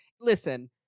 listen